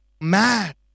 mad